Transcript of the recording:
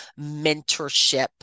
mentorship